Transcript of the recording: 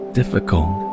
difficult